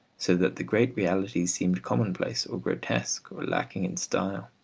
so that the great realities seemed commonplace or grotesque or lacking in style.